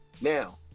Now